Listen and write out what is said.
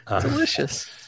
Delicious